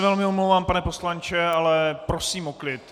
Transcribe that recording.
Velmi se omlouvám, pane poslanče, ale prosím o klid.